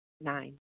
Nine